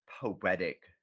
poetic